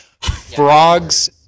Frogs